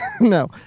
no